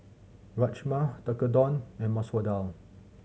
Rajma Tekkadon and Masoor Dal